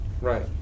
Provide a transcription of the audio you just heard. Right